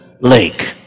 lake